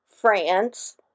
France